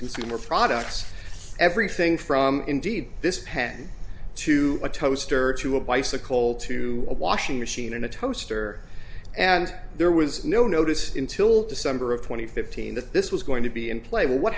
consumer products everything from indeed this pen to a toaster to a bicycle to a washing machine and a toaster and there was no noticed until december of two thousand and fifteen that this was going to be in play what